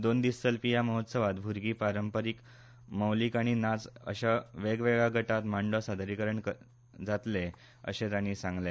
दोन दिस जावपी ह्या महोत्सवात भूरगी पारंपारीक मौलीक आनी नाच अशा वेगवेगळया गटांत मां डो सादरीकरण जातले अशे ताणी सागंले